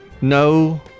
No